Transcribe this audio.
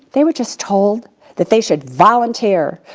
they were just told that they should volunteer.